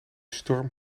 storm